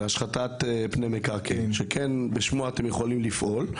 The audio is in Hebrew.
השחתת פני מקרקעין שבשמו אתם יכולים לפעול.